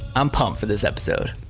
i'm pumped for this episode.